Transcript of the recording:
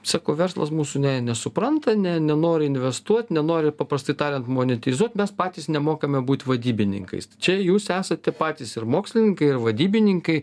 sako verslas mūsų ne nesupranta ne nenori investuot nenori paprastai tariant monetizuot mes patys nemokame būt vadybininkais čia jūs esate patys ir mokslininkai ir vadybininkai